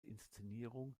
inszenierung